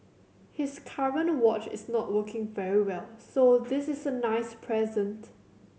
his current watch is not working very well so this is a nice present